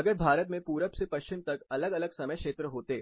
अगर भारत मे पूरब से पश्चिम तक अलग अलग समय क्षेत्र होते